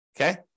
okay